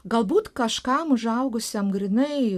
galbūt kažkam užaugusiam grynai